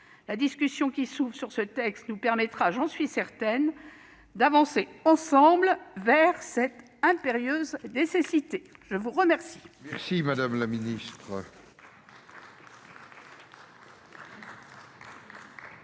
La discussion qui s'ouvre sur ce texte nous permettra, j'en suis certaine, d'avancer ensemble vers cette impérieuse nécessité. La parole est à Mme le